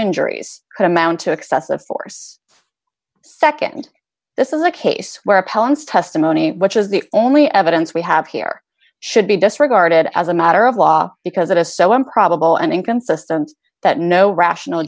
injuries could amount to excessive force nd this is a case where appellants testimony which is the only evidence we have here should be disregarded as a matter of law because it is so improbable and inconsistent that no rational